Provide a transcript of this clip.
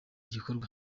gikorwa